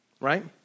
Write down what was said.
Right